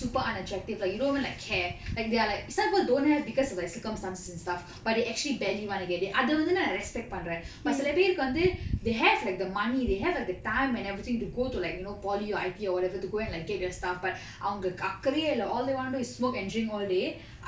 super unattractive like you don't even like care like they are like some people don't have because of like circumstances and stuff but they actually badly want to get it அத வந்து நா:atha vanthu na respect பண்றன்:panran but செல பேருக்கு வந்து:sela perukku vanthu they have like the money they have like the time and everything to go to like you know poly or I_T_E or whatever to go and like get your stuff but அவங்களுக்கு அக்கறையே இல்ல:avangalukku akkaraye illa all they want to do is smoke and drink all day